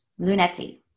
Lunetti